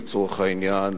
לצורך העניין,